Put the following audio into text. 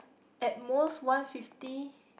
at most one fifty